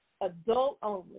adult-only